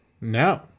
No